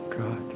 God